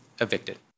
evicted